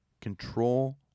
control